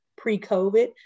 pre-COVID